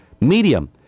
Medium